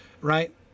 right